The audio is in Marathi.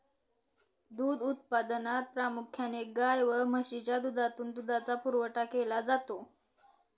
दूध उत्पादनात प्रामुख्याने गाय व म्हशीच्या दुधातून दुधाचा पुरवठा केला जातो